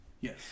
Yes